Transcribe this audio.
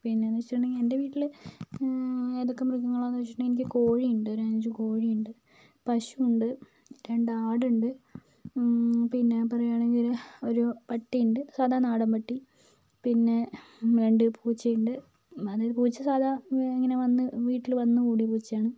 പിന്നെയെന്ന് വെച്ചിട്ടുണ്ടെങ്കിൽ എൻ്റെ വീട്ടിൽ ഏതൊക്കെ മൃഗങ്ങളാണെന്ന് ചോദിച്ചിട്ടുണ്ടെങ്കിൽ എനിക്ക് കോഴിയുണ്ട് ഒരഞ്ച് കോഴിയുണ്ട് പശു ഉണ്ട് രണ്ടാടുണ്ട് പിന്നെ പറയുകയാണെങ്കിൽ ഒരു പട്ടിയുണ്ട് സാധാ നാടൻ പട്ടി പിന്നെ രണ്ട് പൂച്ചയുണ്ട് അത് പൂച്ച സാധാ ഇങ്ങനെ വീട്ടിൽ വന്ന് കൂടിയ പൂച്ചയാണ്